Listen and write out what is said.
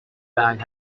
bag